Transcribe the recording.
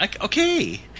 okay